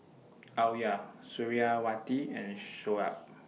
Alya Suriawati and Shoaib